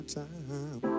time